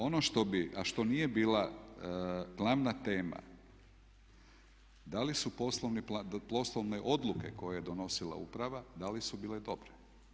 Ono što bih a što nije bila glavna tema, da li su poslovne odluke koje je donosila uprava da li su bile dobre.